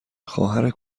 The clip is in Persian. خواهر